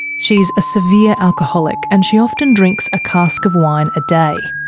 she's a severe alcoholic and she often drinks a cask of wine a day.